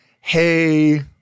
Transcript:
hey